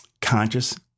conscious